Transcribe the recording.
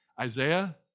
Isaiah